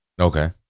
Okay